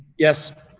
yes.